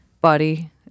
body